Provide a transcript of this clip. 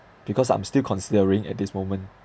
because I'm still considering at this moment